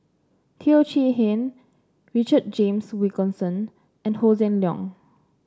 Teo Chee Hean Richard James Wilkinson and Hossan Leong